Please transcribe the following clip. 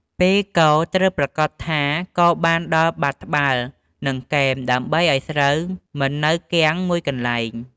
ពេលកូរ ត្រូវប្រាកដថាកូរបានដល់បាតត្បាល់ និងគែម ដើម្បីឱ្យស្រូវមិននៅគាំងមួយកន្លែង។